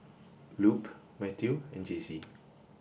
Lupe Mathew and Jaycie